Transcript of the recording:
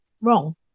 wrong